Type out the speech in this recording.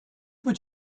would